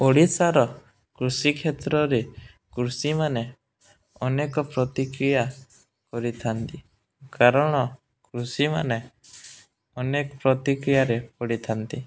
ଓଡ଼ିଶାର କୃଷି କ୍ଷେତ୍ରରେ କୃଷିମାନେ ଅନେକ ପ୍ରତିକ୍ରିୟା କରିଥାନ୍ତି କାରଣ କୃଷିମାନେ ଅନେକ ପ୍ରତିକ୍ରିୟାରେ ପଡ଼ିଥାନ୍ତି